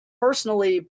personally